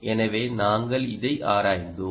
எனவே நாங்கள் இதை ஆராய்ந்தோம்